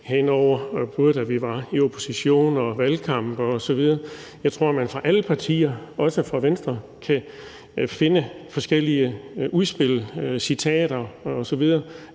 har været, både da vi var i opposition og valgkamp osv. Jeg tror, at alle partier, også Venstre, kan finde forskellige udspil, citater osv.